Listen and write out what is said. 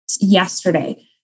yesterday